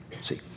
see